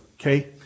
Okay